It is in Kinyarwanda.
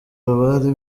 bari